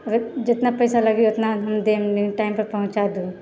अऽ जेतना पैसा लगे उतना हम देम लेकिन टाइमपर पहुँचा दू